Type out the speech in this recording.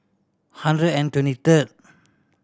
hundred and twenty third